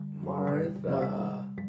Martha